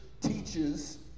teaches